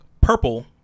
purple